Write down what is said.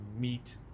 meet